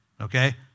okay